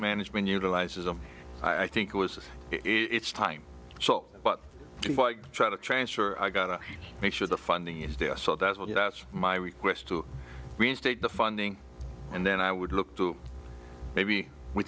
management utilizes a i think it was its time so what do you try to transfer i got to make sure the funding is there so that's all that's my request to reinstate the funding and then i would look to maybe w